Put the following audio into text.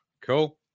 Cool